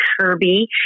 Kirby